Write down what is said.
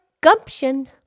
Gumption